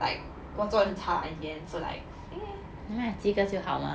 like 我做的很差 in the end so like eh 及格就好 oh oh